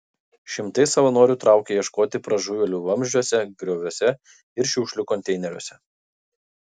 šimtai savanorių traukė ieškoti pražuvėlių vamzdžiuose grioviuose ir šiukšlių konteineriuose